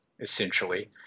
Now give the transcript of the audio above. essentially